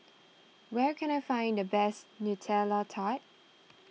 where can I find the best Nutella Tart